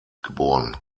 geboren